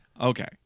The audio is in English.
Okay